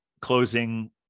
closing